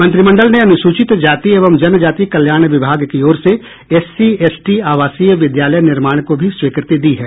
मंत्रिमंडल ने अनुसूचित जाति एवं जनजाति कल्याण विभाग की ओर से एससीएसटी आवासीय विद्यालय निर्माण को भी स्वीकृति दी है